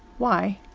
why?